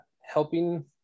helping